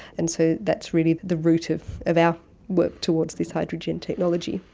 and so that's really the root of of our work towards this hydregen technology.